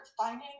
finding